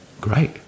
great